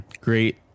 Great